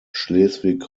schleswig